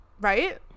right